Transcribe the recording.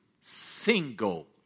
single